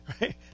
right